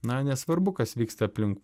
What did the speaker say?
na nesvarbu kas vyksta aplink